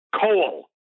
Coal